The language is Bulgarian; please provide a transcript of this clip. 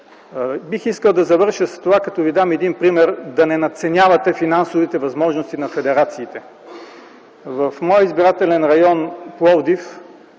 Бих искал да завърша с един пример, за да не надценявате финансовите възможности на федерациите. В моя избирателен район – Пловдив,